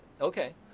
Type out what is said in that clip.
Okay